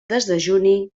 desdejuni